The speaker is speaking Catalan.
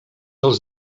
els